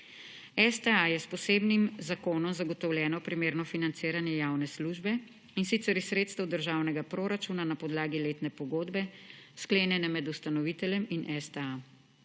STA je s posebnim zakonom zagotovljeno primerno financiranje javne službe, in sicer iz sredstev državnega proračuna na podlagi letne pogodbe, sklenjene med ustanoviteljem in STA.